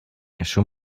schon